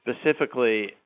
Specifically